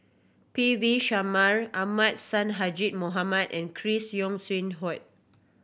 P V Sharma Ahmad Sonhadji Mohamad and Chris Yeo Siew Hua